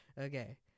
Okay